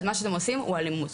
מה שאתם עושים הוא אלימות.